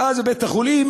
ואז, בבית-החולים